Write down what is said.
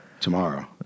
tomorrow